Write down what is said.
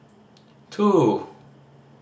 two